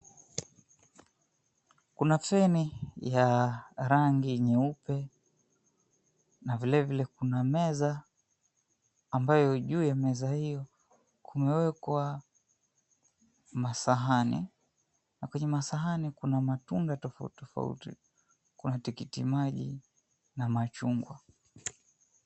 Kuna feni ya rangi nyeupe na vile vile kuna meza ambayo juu ya meza hiyo kumewekwa masahani na kwenye masahani kuna matunda tofauti tofati, kuna tikiti maji na machungwa.